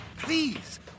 Please